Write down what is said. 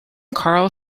carl